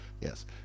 Yes